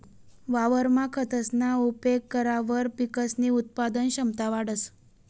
वावरमा खतसना उपेग करावर पिकसनी उत्पादन क्षमता वाढंस